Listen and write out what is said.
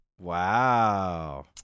Wow